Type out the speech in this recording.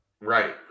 Right